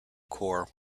corps